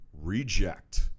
reject